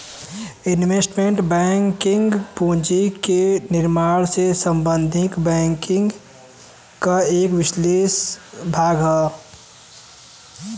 investment banking पूंजी के निर्माण से संबंधित बैंकिंग क एक विसेष भाग हौ